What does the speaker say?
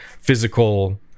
physical